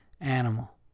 animal